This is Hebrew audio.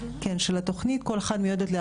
כל אחת מיועדת --- של התוכנית.